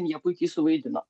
jie puikiai suvaidino